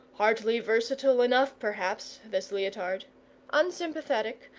hardly versatile enough, perhaps, this leotard unsympathetic,